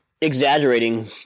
exaggerating